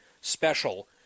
special